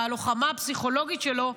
בלוחמה הפסיכולוגית שלו,